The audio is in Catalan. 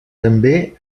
també